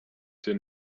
their